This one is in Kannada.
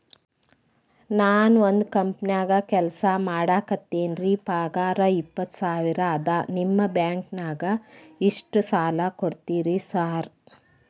ನಾನ ಒಂದ್ ಕಂಪನ್ಯಾಗ ಕೆಲ್ಸ ಮಾಡಾಕತೇನಿರಿ ಪಗಾರ ಇಪ್ಪತ್ತ ಸಾವಿರ ಅದಾ ನಿಮ್ಮ ಬ್ಯಾಂಕಿನಾಗ ಎಷ್ಟ ಸಾಲ ಕೊಡ್ತೇರಿ ಸಾರ್?